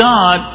God